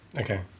Okay